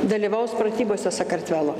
dalyvaus pratybose sakartvelo